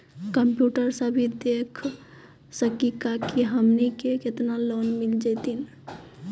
Computer सा भी कही देख सकी का की हमनी के केतना लोन मिल जैतिन?